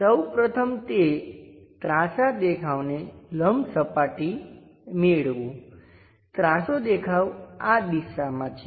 સૌ પ્રથમ તે ત્રાસા દેખાવને લંબ સપાટી મેળવો ત્રાસો દેખાવ આ દિશામાં છે